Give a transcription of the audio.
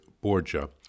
Borgia